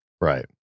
Right